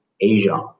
Asia